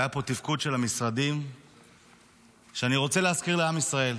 והיה פה תפקוד של המשרדים שאני רוצה להזכיר לעם ישראל.